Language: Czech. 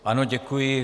Ano, děkuji.